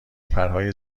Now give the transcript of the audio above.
پرهای